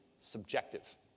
subjective